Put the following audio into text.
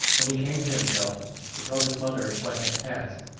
when he came to himself he told his mother what had passed,